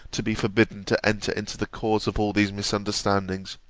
to be forbidden to enter into the cause of all these misunderstandings,